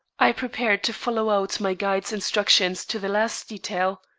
i prepared to follow out my guide's instructions to the last detail.